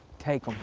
take em!